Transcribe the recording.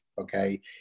Okay